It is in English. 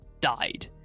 died